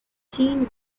cheyenne